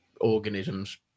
organisms